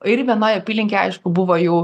ir vienoj apylinkėj aišku buvo jau